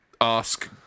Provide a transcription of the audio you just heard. ask